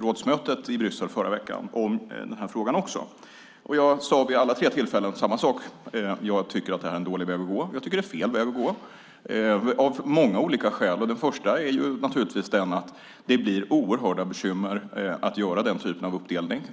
rådsmötet i Bryssel förra veckan om den här frågan. Jag sade vid alla tre tillfällena samma sak, att jag tycker att det här är en dålig väg att gå, att det är fel väg att gå av många olika skäl. Det första är naturligtvis att det blir oerhörda bekymmer om man gör den typen av uppdelning.